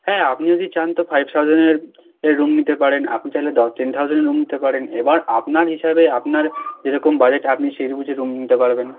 হ্যাঁ আপনি যদি চান তো ফাইভ থাউসেন্ডের এর রুম নিতে পারেন আপনি চাইলে দশ টেন থাউসেন্ডের রুম নিতে পারেন এবার আপনার হিসাবে আপনার যেরকম বাজেট আপনি সেই বুঝে রুম নিতে পারবেন